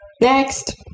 Next